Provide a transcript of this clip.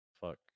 fuck